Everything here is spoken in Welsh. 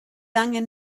angen